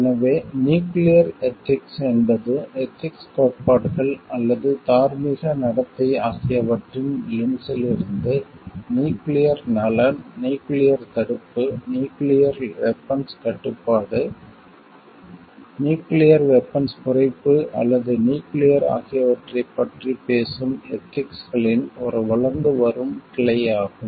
எனவே nuclear ethics என்பது ethics கோட்பாடுகள் அல்லது தார்மீக நடத்தை ஆகியவற்றின் லென்ஸிலிருந்து நியூக்கிளியர் நலன் நியூக்கிளியர் தடுப்பு நியூக்கிளியர் வெபன்ஸ் கட்டுப்பாடு நியூக்கிளியர் வெபன்ஸ் குறைப்பு அல்லது நியூக்கிளியர் ஆகியவற்றைப் பற்றி பேசும் எதிக்ஸ்களின் ஒரு வளர்ந்து வரும் கிளை ஆகும்